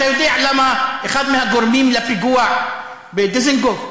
אתה יודע מה אחד הגורמים לפיגוע בדיזנגוף?